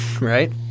Right